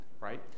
right